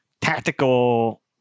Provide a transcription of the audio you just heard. tactical